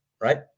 right